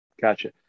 Gotcha